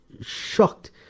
shocked